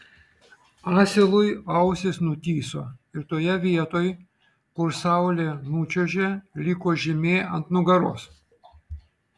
asilui ausys nutįso ir toje vietoj kur saulė nučiuožė liko žymė ant nugaros